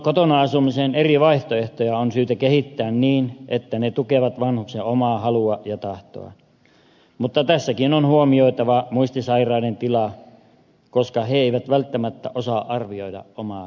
kotona asumisen eri vaihtoehtoja on syytä kehittää niin että ne tukevat vanhuksen omaa halua ja tahtoa mutta tässäkin on huomioitava muistisairaiden tila koska he eivät välttämättä osaa arvioida omaa tilaansa